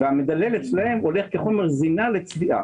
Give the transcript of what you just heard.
והמדלל אצלם הולך כחומר זינה לצביעה.